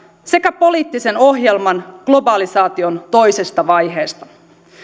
sekä poliittisen ohjelman globalisaation toisesta vaiheesta